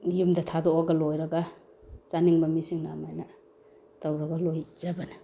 ꯌꯨꯝꯗ ꯊꯥꯗꯣꯛꯑꯒ ꯂꯣꯏꯔꯒ ꯆꯥꯅꯤꯡꯕ ꯃꯤꯁꯤꯡꯅ ꯑꯗꯨꯃꯥꯏꯅ ꯇꯧꯔꯒ ꯂꯣꯏꯖꯕꯅꯦ